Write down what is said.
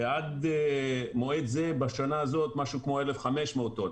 ועד מועד זה בשנה זאת משהו כמו 1,500 טון.